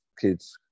kids